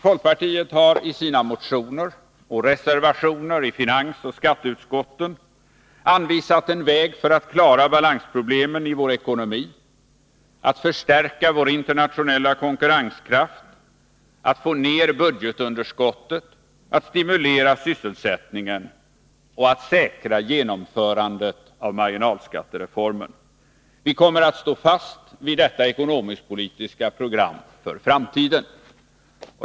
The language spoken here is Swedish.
Folkpartiet har i sina motioner och reservationer i finansoch skatteustkotten anvisat en väg för att klara balansproblemen i vår ekonomi, att förstärka vår internationella konkurrenskraft, att få ner budgetunderskottet, att stimulera sysselsättningen och att säkra genomförandet av marginalskattereformen. Vi kommer att stå fast vid detta ekonomiskpolitiska program för framtiden.